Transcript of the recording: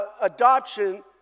adoption